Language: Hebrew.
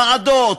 ועדות.